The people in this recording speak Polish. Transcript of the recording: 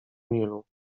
nilu